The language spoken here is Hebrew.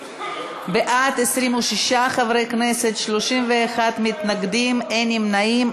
בעד, 26 חברי כנסת, 31 מתנגדים, אין נמנעים.